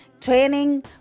training